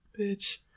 Bitch